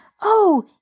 Oh